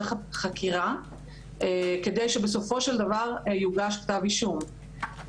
החקירה וכדי שבסופו של דבר יוגש כתב אישום.